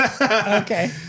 okay